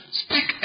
speak